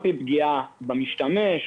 פגיעה בסביבה